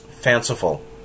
fanciful